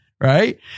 right